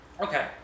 Okay